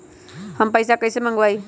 हम पैसा कईसे मंगवाई?